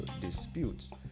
disputes